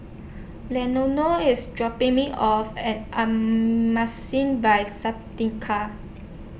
Leonor IS dropping Me off At By Santika